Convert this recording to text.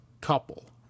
couple